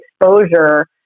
exposure